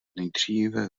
nejdříve